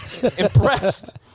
Impressed